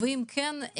אם כן,